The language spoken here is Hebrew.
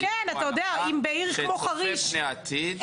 אני אגיד פה הנחה שצופה פני עתיד,